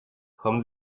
haben